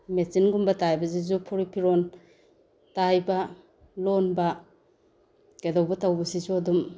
ꯃꯦꯆꯤꯟꯒꯨꯝꯕ ꯇꯥꯏꯕꯁꯤꯁꯨ ꯐꯨꯔꯤꯠ ꯐꯤꯔꯣꯟ ꯇꯥꯏꯕ ꯂꯣꯟꯕ ꯀꯩꯗꯧꯕ ꯇꯧꯕꯁꯤꯁꯨ ꯑꯗꯨꯝ